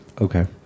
Okay